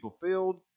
fulfilled